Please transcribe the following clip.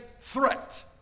threat